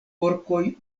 porkoj